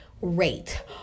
rate